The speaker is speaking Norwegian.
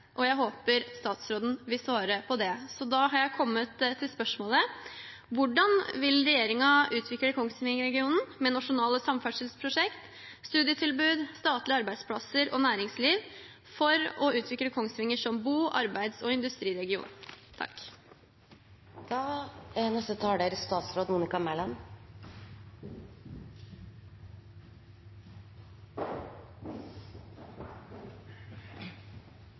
Jeg håper statsråden vil svare på det. Så da har jeg kommet til spørsmålet: Hvordan vil regjeringen utvikle Kongsvinger-regionen med nasjonale samferdselsprosjekt, studietilbud, statlige arbeidsplasser og næringsliv for å utvikle Kongsvinger som bo-, arbeids- og industriregion?